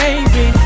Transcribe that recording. Baby